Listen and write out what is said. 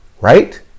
right